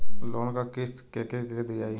Loan क किस्त के के दियाई?